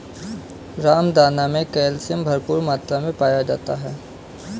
रामदाना मे कैल्शियम भरपूर मात्रा मे पाया जाता है